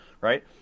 right